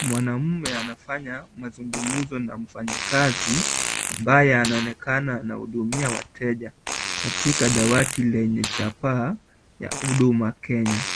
Mwanaume anafanya mazungumzo na mfanyikazi ambaye anaonekana anahudumiwa wateja katika dawati lenye chapaa la huduma Kenya